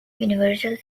universal